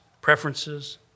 preferences